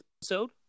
episode